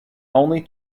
only